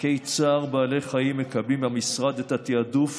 תיקי צער בעלי חיים מקבלים במשרד את התעדוף